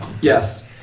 Yes